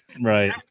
Right